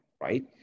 right